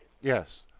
Yes